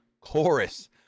chorus